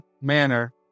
manner